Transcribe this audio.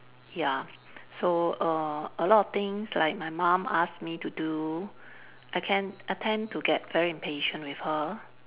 ya so err a lot of things like my mum ask me to do I can I tend to get very impatient with her